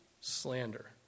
slander